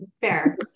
Fair